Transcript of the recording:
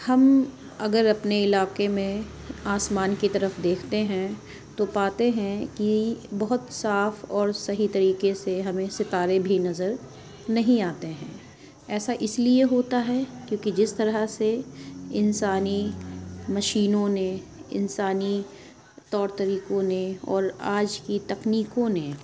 ہم اگر اپنے علاقے میں آسمان کی طرف دیکھتے ہیں تو پاتے ہیں کہ بہت صاف اور صحیح طریقے سے ہمیں ستارے بھی نظر نہیں آتے ہیں ایسا اِس لیے ہوتا ہے کیونکہ جس طرح سے انسانی مشینوں نے انسانی طور طریقوں نے اور آج کی تکنیکوں نے